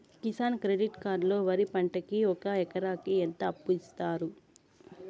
Kisan credit card లో వరి పంటకి ఒక ఎకరాకి ఎంత అప్పు ఇస్తారు?